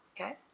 okay